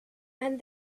and